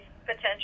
potential